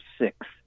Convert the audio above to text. six